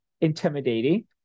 intimidating